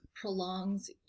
prolongs